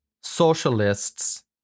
socialists